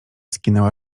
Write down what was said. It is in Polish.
skinęła